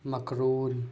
mackerel